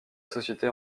société